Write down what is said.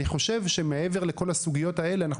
אני חושב שמעבר לכל הסוגיות האלה אנחנו